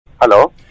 Hello